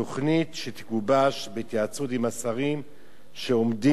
תוכנית שתגובש בהתייעצות עם השרים שעומדים